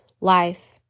life